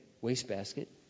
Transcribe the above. wastebasket